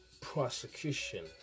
prosecution